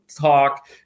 talk